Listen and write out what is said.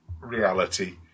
reality